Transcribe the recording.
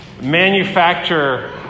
manufacture